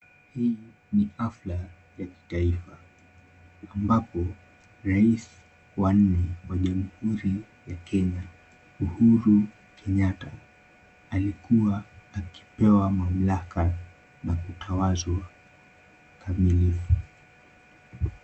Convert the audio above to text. Hii ni hafla ya kitaifa, ambapo rais wa nne wa jamhuri ya Kenya Uhuru Kenyatta, alikuwa akipewa mamlaka na kutawazwa kamilifu.